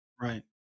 Right